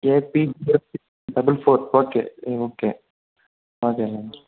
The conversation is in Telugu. AP double four okay okay ఓకేనండి